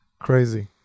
crazy